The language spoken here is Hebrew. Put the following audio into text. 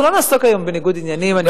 אנחנו לא נעסוק היום בניגוד עניינים,